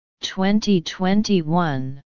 2021